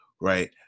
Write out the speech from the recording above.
right